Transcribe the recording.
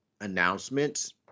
announcements